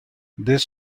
this